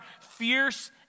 fierce